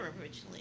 originally